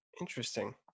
Interesting